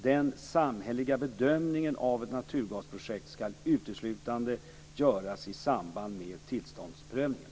Den samhälleliga bedömningen av ett naturgasprojekt skall uteslutande göras i samband med tillståndsprövningen.